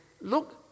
look